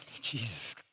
Jesus